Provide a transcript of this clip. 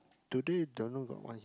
today don't know got what